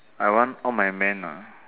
I want all my men ah